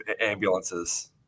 ambulances